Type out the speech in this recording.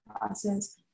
process